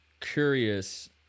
curious